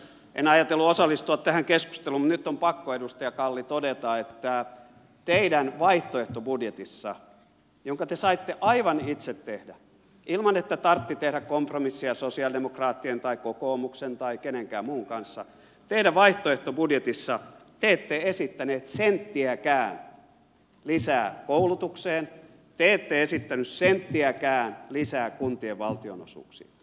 en ajatellut osallistua tähän keskusteluun mutta nyt on pakko edustaja kalli todeta että teidän vaihtoehtobudjetissanne jonka te saitte aivan itse tehdä ilman että tarvitsi tehdä kompromissia sosialidemokraattien tai kokoomuksen tai kenenkään muun kanssa te ette esittäneet senttiäkään lisää koulutukseen te ette esittäneet senttiäkään lisää kuntien valtionosuuksiin